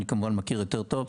אני כמובן מכיר יותר טוב,